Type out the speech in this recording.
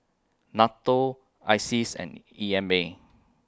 NATO ISEAS and E M A